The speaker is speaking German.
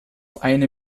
eine